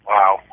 Wow